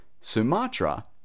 Sumatra